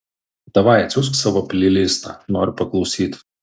davai atsiųsk savo pleilistą noriu paklausyt